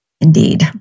Indeed